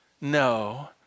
no